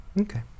Okay